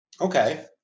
Okay